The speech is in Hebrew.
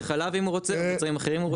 חלב אם הוא רוצה ומוצרים אחרים אם הוא רוצה.